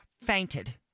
fainted